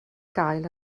gael